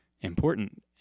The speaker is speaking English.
important